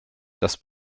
das